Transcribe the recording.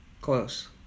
Close